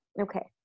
Okay